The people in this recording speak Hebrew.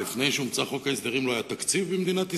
לפני שהומצא חוק ההסדרים לא היה תקציב במדינת ישראל?